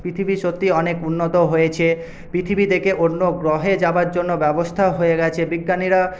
পৃথিবী সত্যি অনেক উন্নত হয়েছে পৃথিবী থেকে অন্য গ্রহে যাওয়ার জন্য ব্যবস্থা হয়ে গেছে বিজ্ঞানীরা